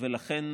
אכן,